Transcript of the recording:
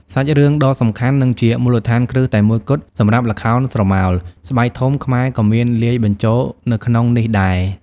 សាច់រឿងដ៏សំខាន់ និងជាមូលដ្ឋានគ្រឹះតែមួយគត់សម្រាប់ល្ខោនស្រមោល ស្បែកធំ ខ្មែរក៏មានលាយបញ្ជូលនៅក្នុងនេះដែរ ។